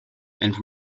and